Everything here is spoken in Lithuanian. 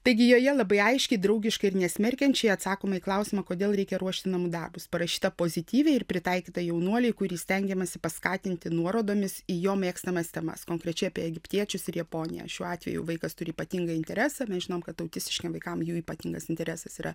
taigi joje labai aiškiai draugiškai ir nesmerkiančiai atsakoma į klausimą kodėl reikia ruošti namų darbus parašyta pozityviai ir pritaikyta jaunuoliui kurį stengiamasi paskatinti nuorodomis į jo mėgstamas temas konkrečiai apie egiptiečius ir japoniją šiuo atveju vaikas turi ypatingą interesą mes žinom kad autistiškiem vaikam jų ypatingas interesas yra